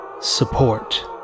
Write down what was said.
Support